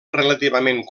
relativament